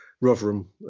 Rotherham